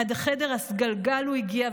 עד החדר הסגלגל הוא הגיע,